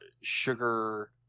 sugar